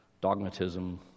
dogmatism